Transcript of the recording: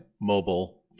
mobile